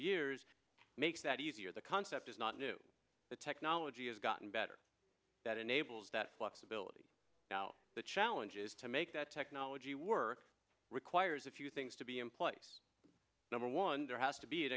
years makes that easier the concept is not new the technology has gotten better that enables that flexibility now the challenge is to make that technology work requires a few things to be in place number one there has to be an